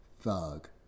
thug